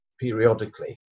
periodically